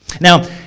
Now